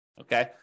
Okay